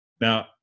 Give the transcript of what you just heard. Now